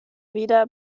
wieder